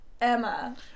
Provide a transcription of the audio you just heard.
Emma